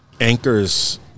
anchors